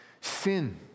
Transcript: sin